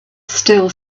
still